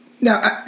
Now